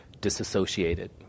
disassociated